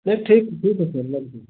नहीं ठीक है ठीक है सर लग जाए